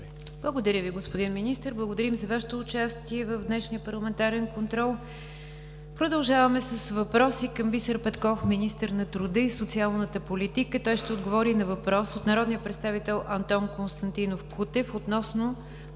Благодаря Ви, господин Министър. Благодарим за Вашето участие в днешния парламентарен контрол. Продължаваме с въпроси към Бисер Петков – министър на труда и социалната политика. Той ще отговори на въпрос от народния представител Антон Константинов Кутев относно